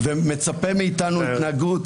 -- ומצפה מאיתנו להתנהגות